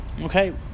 okay